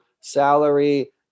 salary